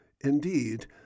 Indeed